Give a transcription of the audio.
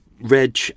Reg